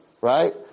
right